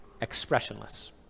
expressionless